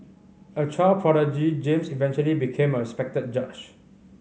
a child prodigy James eventually became a respected judge